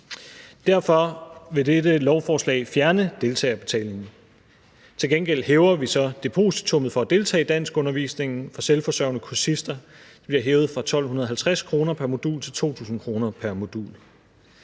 Derfor vil dette lovforslag fjerne deltagerbetalingen. Til gengæld hæver vi så depositummet for at deltage i danskundervisningen for selvforsørgende kursister. Det bliver hævet fra 1.250 kr. pr. modul til 2.000 kr. pr. modul.